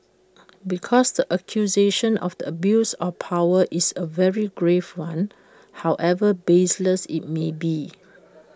because the accusation of the abuse of power is A very grave one however baseless IT may be